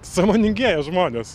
sąmoningėja žmonės